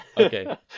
okay